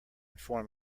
form